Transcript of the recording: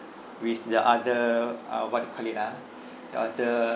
with the other uh what you call it ah other